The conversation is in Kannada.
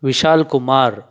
ವಿಶಾಲ್ ಕುಮಾರ್